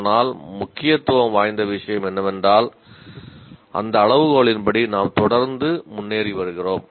ஆனால் முக்கியத்துவம் வாய்ந்த விஷயம் என்னவென்றால் அந்த அளவுகோலின் படி நாம் தொடர்ந்து முன்னேறி வருகிறோம்